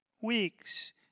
weeks